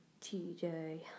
TJ